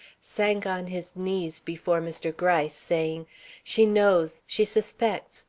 sank on his knees before mr. gryce, saying she knows! she suspects!